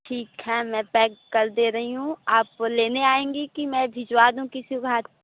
ठीक है मैं पैक कर दे रही हूँ आप लेने आएँगी कि मैं भिजवा दूँ किसी के हाथ